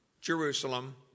Jerusalem